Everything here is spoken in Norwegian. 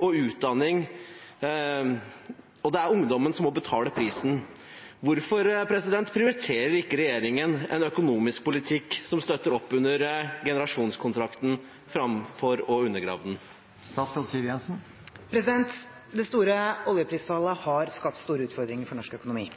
og utdanning, er det ungdommen som må betale prisen. Hvorfor prioriterer ikke regjeringen en økonomisk politikk som støtter opp under generasjonskontrakten fremfor å undergrave den?» Det store oljeprisfallet har skapt store utfordringer for norsk økonomi.